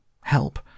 Help